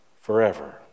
forever